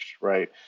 right